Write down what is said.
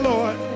Lord